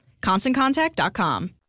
ConstantContact.com